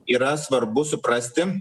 yra svarbu suprasti